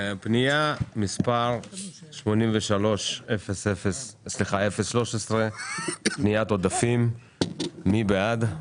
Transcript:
פניית עודפים מספר 83-013. מי עד?